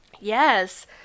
Yes